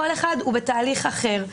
כל אחד הוא בתהליך אחר.